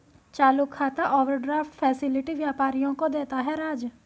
चालू खाता overdraft facility व्यापारियों को देता है राज